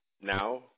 now